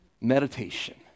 meditation